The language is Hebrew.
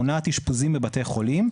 מונעת אישפוזים בבתי חולים,